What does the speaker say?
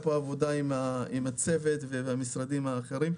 פה עבודה עם הצוות ועם המשרדים האחרים: